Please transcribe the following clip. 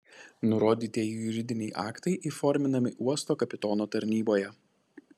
nurodytieji juridiniai aktai įforminami uosto kapitono tarnyboje